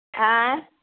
आँय